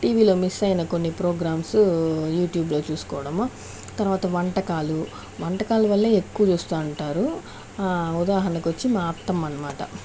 టీవీలో మిస్ అయిన కొన్ని ప్రోగ్రామ్సు యూట్యూబ్లో చూసుకోవడము తర్వాత వంటకాలు వంటకాల వల్లే ఎక్కువ చూస్తూ ఉంటారు ఉదాహరణకు వచ్చి మా అత్తమ్మ అన్నమాట